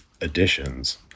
additions